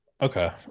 okay